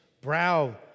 Brow